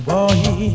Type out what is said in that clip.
Boy